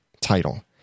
title